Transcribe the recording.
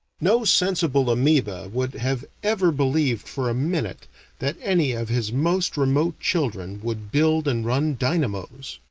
no sensible amoeba would have ever believed for a minute that any of his most remote children would build and run dynamos.